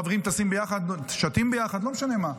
חברים טסים ביחד, שטים ביחד, לא משנה מה.